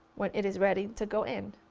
when it is ready to go in.